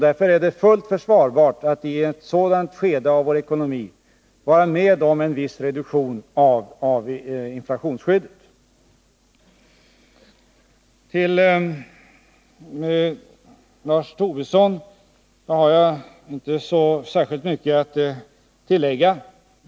Därför är det fullt försvarbart att i ett sådant skede av vår ekonomi acceptera en viss reduktion av inflationsskyddet. Till Lars Tobisson har jag inte särskilt mycket att tillägga.